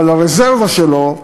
אבל הרזרבה שלו,